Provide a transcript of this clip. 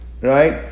right